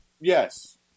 Yes